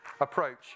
approach